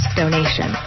donation